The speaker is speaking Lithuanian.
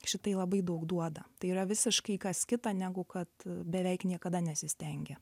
šitai labai daug duoda tai yra visiškai kas kita negu kad beveik niekada nesistengia